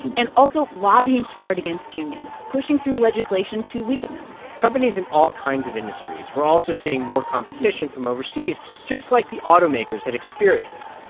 and also lobbying hard against unions, pushing through legislation to weaken them companies in all kinds of industries were also seeing more competition from overseas, just like the automakers had experienced.